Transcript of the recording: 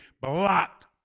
blocked